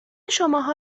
شماها